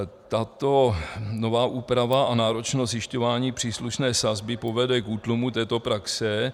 Tato nová úprava a náročnosti zjišťování příslušné sazby povede k útlumu této praxe.